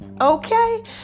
Okay